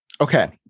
Okay